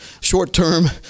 short-term